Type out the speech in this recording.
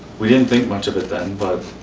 we didn't think much of it then, but.